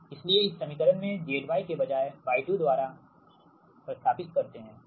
इसलिएइस समीकरण में zy के बजाय 2 द्वारा zy को प्रति स्थापित करते हैं